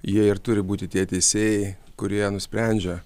jie ir turi būti tie teisėjai kurie nusprendžia